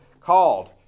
called